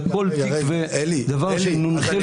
וכל תיק ודבר שנונחה לבדוק --- אלי,